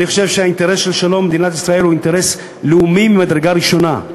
אני חושב שהאינטרס בשלום הוא במדינת ישראל אינטרס לאומי ממדרגה ראשונה.